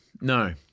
no